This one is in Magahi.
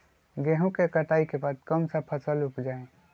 गेंहू के कटाई के बाद कौन सा फसल उप जाए?